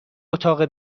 اتاق